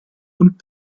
und